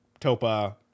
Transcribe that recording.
topa